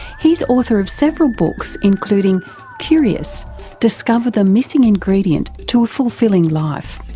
he's author of several books including curious discover the missing ingredient to a fulfilling life,